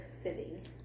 sitting